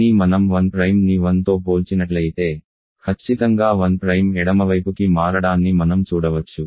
కానీ మనం 1ని 1తో పోల్చినట్లయితే ఖచ్చితంగా 1 ఎడమవైపుకి మారడాన్ని మనం చూడవచ్చు